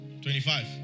25